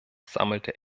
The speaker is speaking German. sammelte